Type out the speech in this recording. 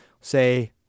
say